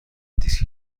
دیسک